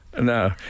No